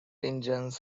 engines